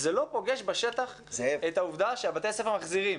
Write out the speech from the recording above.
זה לא פוגש בשטח את העובדה שבתי הספר מחזירים.